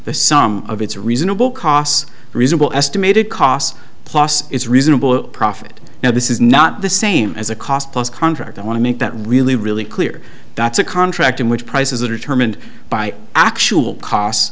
the sum of its reasonable costs reasonable estimated cost plus is reasonable profit now this is not the same as a cost plus contract i want to make that really really clear that's a contract in which prices are determined by actual cost